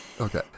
Okay